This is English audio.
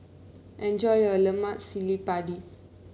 enjoy your Lemak Cili Padi